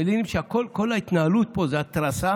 מלינים על שכל ההתנהלות פה זה התרסה,